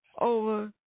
over